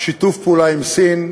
שיתוף פעולה עם סין,